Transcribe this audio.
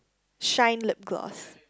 shine lip gloss